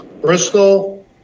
Bristol